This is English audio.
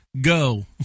go